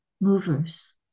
movers